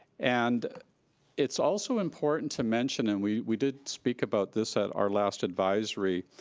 and it's also important to mention, and we we did speak about this at our last advisory,